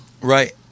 Right